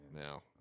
No